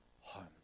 home